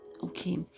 Okay